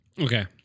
Okay